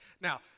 Now